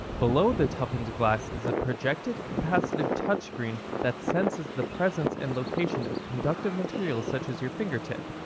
below the toughened glass is a projected capacitive touchscreen that senses the presence and location of conductive materials, such as your finger tip.